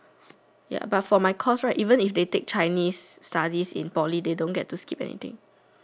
ya but for my course right even if they take Chinese studies in poly they don't get to skip anything